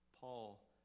Paul